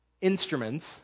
instruments